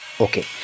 Okay